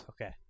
Okay